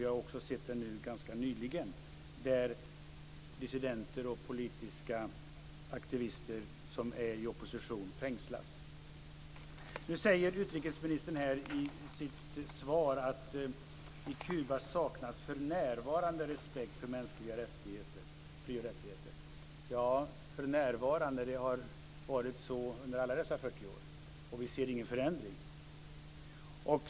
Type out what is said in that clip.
Vi har också ganska nyligen sett hur dissidenter och politiska aktivister som är i opposition fängslas. Utrikesministern säger i sitt svar att det i Kuba för närvarande saknas respekt för mänskliga fri och rättigheter. Ja, men så har det varit under alla dessa 40 år och vi ser ingen förändring.